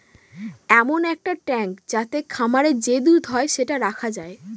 এমন এক ট্যাঙ্ক যাতে খামারে যে দুধ হয় সেটা রাখা যায়